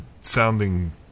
sounding